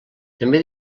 també